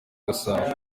gasabo